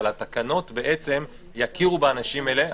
אבל התקנות בעצם יכירו באנשים האלה.